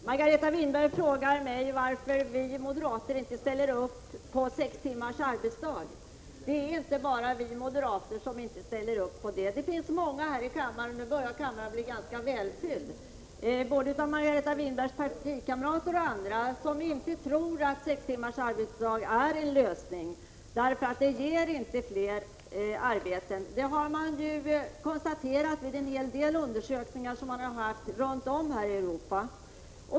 Herr talman! Margareta Winberg frågade mig varför vi moderater inte ställer upp på sex timmars arbetsdag. Det är inte bara vi moderater som inte ställer upp på detta. Många här i kammaren — och nu börjar kammaren bli ganska välfylld —, både Margareta Winbergs partikamrater och andra, tror inte att sex timmars arbetsdag är en lösning, därför att det inte ger fler arbeten. Detta har konstaterats vid en hel del undersökningar som gjorts på olika håll i Europa.